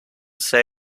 say